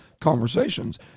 conversations